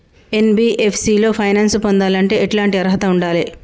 NBFC లో finance పొందాలంటే ఎట్లాంటి అర్హత ఉండాలే?